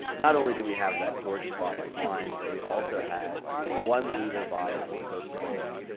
not only did we have that gorgeous bottle of wine, but we also had a one liter bottle of coca-cola.